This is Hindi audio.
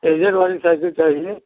रेंजर वाली साइकिल चाहिए